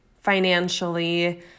financially